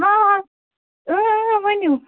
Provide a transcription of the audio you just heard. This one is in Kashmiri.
اۭں اۭں ؤنِو